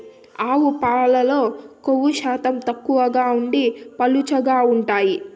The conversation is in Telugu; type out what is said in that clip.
ఆవు పాలల్లో కొవ్వు శాతం తక్కువగా ఉండి పలుచగా ఉంటాయి